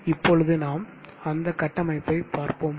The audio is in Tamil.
இப்பொழுது நாம் அந்தக் கட்டமைப்பை பார்ப்போம்